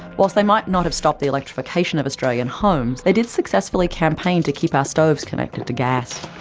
while they might not have stopped the electrification of australian homes, they did successfully campaign to keep our stoves connected to gas.